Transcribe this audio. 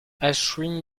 ashwin